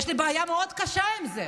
יש לי בעיה מאוד קשה עם זה: